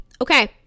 okay